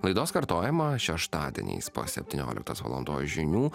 laidos kartojimą šeštadieniais po septynioliktos valandos žinių